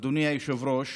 אדוני היושב-ראש,